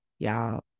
Y'all